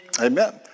Amen